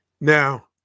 Now